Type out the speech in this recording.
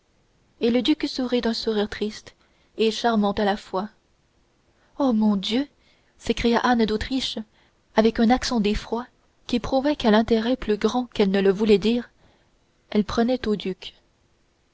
et le duc sourit d'un sourire triste et charmant à la fois oh mon dieu s'écria anne d'autriche avec un accent d'effroi qui prouvait quel intérêt plus grand qu'elle ne le voulait dire elle prenait au duc